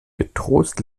getrost